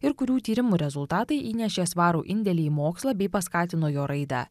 ir kurių tyrimų rezultatai įnešė svarų indėlį į mokslą bei paskatino jo raidą